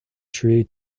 tree